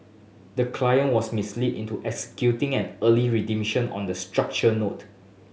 the client was misled into executing an early redemption on the structured note